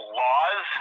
laws